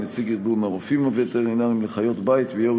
נציג ארגון הרופאים הווטרינרים לחיות הבית ויו"ר